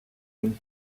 been